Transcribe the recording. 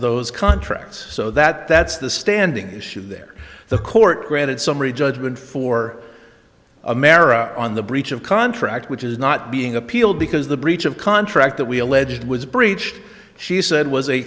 those contracts so that that's the standing issue there the court granted summary judgment for america on the breach of contract which is not being appealed because the breach of contract that we alleged was breached she said was a